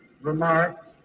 remarks